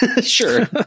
Sure